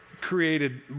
created